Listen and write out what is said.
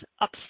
up